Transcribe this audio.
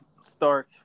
start